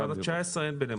אז עד 19 בספטמבר אין.